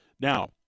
Now